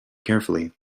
carefully